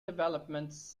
developments